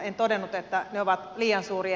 en todennut että ne ovat liian suuria